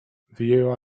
wyjęła